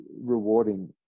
rewarding